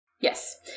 Yes